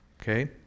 Okay